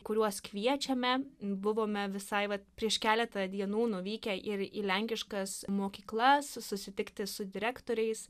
kuriuos kviečiame buvome visai vat prieš keletą dienų nuvykę ir į lenkiškas mokyklas su susitikti su direktoriais